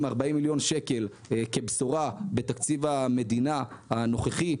40 מיליון שקלים כבשורה בתקציב המדינה הנוכחי,